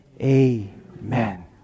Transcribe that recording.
amen